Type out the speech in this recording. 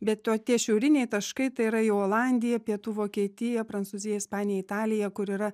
bet o tie šiauriniai taškai tai yra jau olandiją pietų vokietiją prancūziją ispaniją italiją kur yra